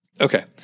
Okay